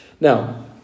Now